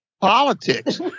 politics